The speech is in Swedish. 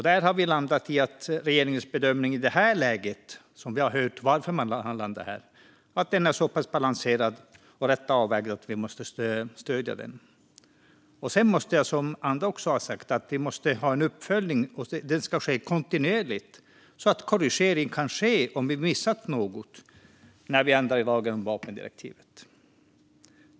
Där har vi landat i att regeringens bedömning i det här läget är så balanserad och rätt avvägd att vi måste stödja den. Sedan måste vi, som även andra har sagt, ha en kontinuerlig uppföljning så att korrigering kan ske om vi missat något när vi ändrar i lagen om vapendirektivet.